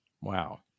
Wow